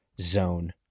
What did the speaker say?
zone